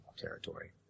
territory